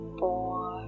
four